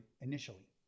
initially